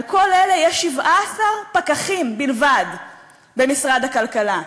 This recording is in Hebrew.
על כל אלה יש 17 פקחים בלבד במשרד הכלכלה.